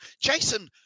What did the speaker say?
Jason